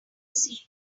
seat